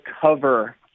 cover